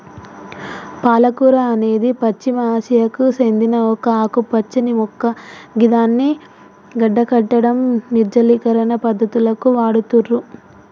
పాలకూర అనేది పశ్చిమ ఆసియాకు సేందిన ఒక ఆకుపచ్చని మొక్క గిదాన్ని గడ్డకట్టడం, నిర్జలీకరణ పద్ధతులకు వాడుతుర్రు